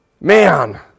Man